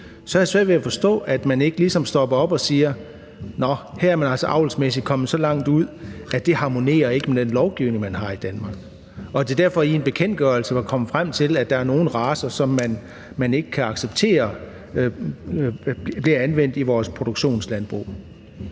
så har jeg svært ved at forstå, at man ikke ligesom stopper op og siger: Nå, her er man altså avlsmæssigt kommet så langt ud, at det ikke harmonerer med den lovgivning, man har i Danmark, ligesom jeg har svært ved at forstå, at man derfor ikke i en bekendtgørelse var kommet til, at der er nogle racer, som man ikke kan acceptere bliver anvendt i vores produktionsanlæg.